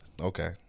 Okay